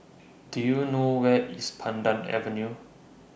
Do YOU know Where IS Pandan Avenue